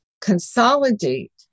consolidate